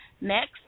next